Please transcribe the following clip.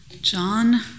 John